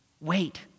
Wait